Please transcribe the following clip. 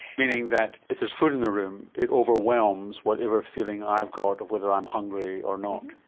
meaning that if there's food in the room it overwhelms whatever feeling i've got, or whether i'm hungry or not?